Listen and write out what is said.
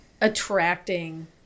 attracting